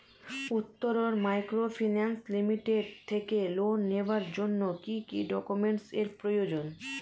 Uttaran microfinance limited থেকে loan নেওয়ার জন্য কি কি ডকুমেন্টস এর প্রয়োজন?